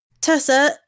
tessa